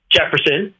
Jefferson